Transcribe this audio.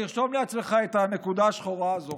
תרשום לעצמך את הנקודה השחורה הזאת,